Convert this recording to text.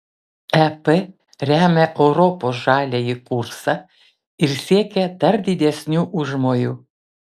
ep remia europos žaliąjį kursą ir siekia dar didesnių užmojų